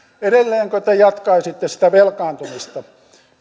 edelleenkö te jatkaisitte sitä velkaantumista